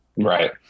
Right